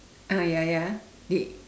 ah ya ya did